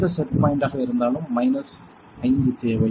எந்த செட் பாயிண்டாக இருந்தாலும் மைனஸ் 5 தேவை